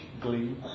glee